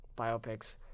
biopics